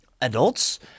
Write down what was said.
adults